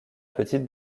petite